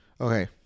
Okay